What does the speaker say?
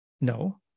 No